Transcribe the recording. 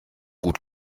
gut